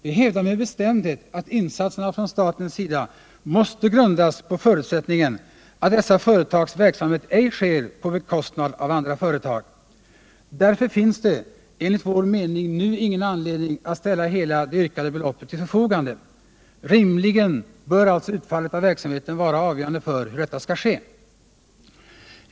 Vi hävdar med bestämdhet att insatserna från statens sida måste grundas på förutsättningen att dessa företags verksamhet ej sker på bekostnad av andra företag. Därför finns det enligt vår mening nu ingen anledning att ställa hela det yrkade beloppet till förfogande. Rimligen bör utfallet av verksamheten vara avgörande för hur detta skall ske.